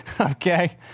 Okay